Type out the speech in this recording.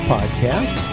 Podcast